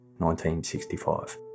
1965